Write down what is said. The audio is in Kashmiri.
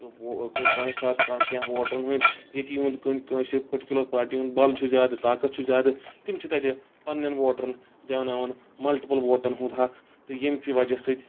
کُنہِ ساتہٕ کینٛہہ ووٹرَن ہٕندۍ ییٚتہِ یِہُنٛد کُنہِ کٲنٛسہِ پٔرٹِکیوٗلَر پاٹی ہُند بل چھُ زیادٕ طاقت چھُ زیادٕ تِم چھ تَتہِ پَننؠن ووٹرَن دیاوناوان مَلٹِپٕل ووٹن ہُند حق تہٕ ییٚمہِ کہِ وَجہ سۭتۍ